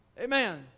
Amen